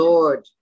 Lord